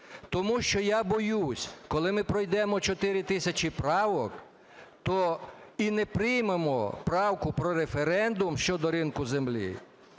Тому що, я боюсь, коли ми пройдемо 4 тисячі правок і не приймемо правку про референдум щодо ринку землі,